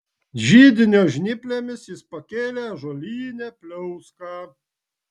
židinio žnyplėmis jis pakėlė ąžuolinę pliauską